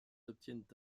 obtiennent